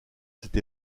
cette